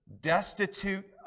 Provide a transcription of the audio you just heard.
destitute